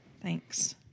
Thanks